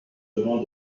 chemin